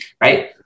right